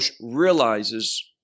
realizes